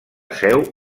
seu